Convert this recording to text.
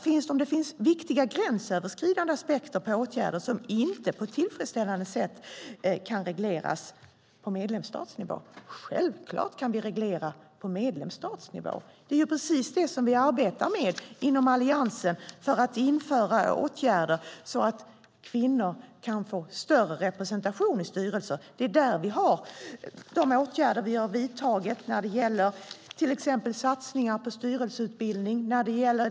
Finns det viktiga gränsöverskridande aspekter på åtgärder som inte på ett tillfredsställande sätt kan regleras på medlemsstatsnivå? Självklart kan vi reglera på medlemsstatsnivå! Det är ju precis det som vi arbetar med inom Alliansen. Vi inför åtgärder så att kvinnor kan få större representation i styrelser. Vi har till exempel gjort satsningar på styrelseutbildning.